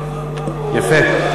יפה.